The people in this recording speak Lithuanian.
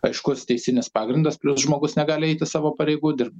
aiškus teisinis pagrindas plius žmogus negali eiti savo pareigų dirbt